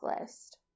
list